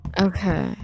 okay